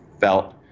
felt